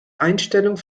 einstellung